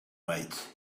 white